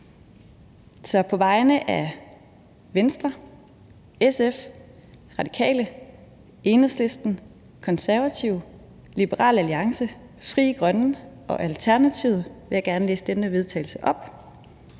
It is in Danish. Så på vegne af Venstre, SF, Radikale, Enhedslisten, Konservative, Liberal Alliance, Frie Grønne og Alternativet vil jeg gerne læs den her vedtagelse op